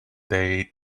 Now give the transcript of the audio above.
they